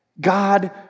God